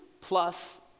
plus